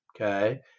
Okay